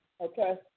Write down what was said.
okay